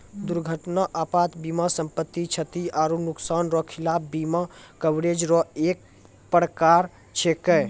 दुर्घटना आपात बीमा सम्पति, क्षति आरो नुकसान रो खिलाफ बीमा कवरेज रो एक परकार छैकै